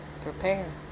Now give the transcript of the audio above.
prepare